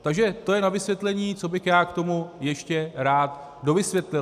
Takže to je na vysvětlení, co bych já k tomu ještě rád dovysvětlil.